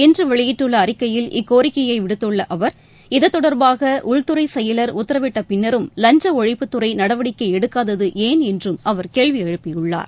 இன்று வெளியிட்டுள்ள அறிக்கையில் இக்கோரிக்கையை விடுத்துள்ள அவர் இதுதொடர்பாக உள்துறை செயலர் உத்தரவிட்ட பின்னரும் லஞ்ச ஒழிப்புத்துறை நடவடிக்கை எடுக்காதது ஏன் என்றும் அவர் கேள்வி எழுப்பியுள்ளார்